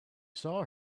saw